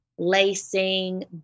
lacing